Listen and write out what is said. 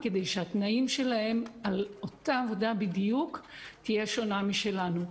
שהתנאים שלהם על אותה עבודה בדיוק תהיה שונה משלנו.